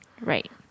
Right